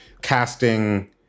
casting